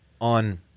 on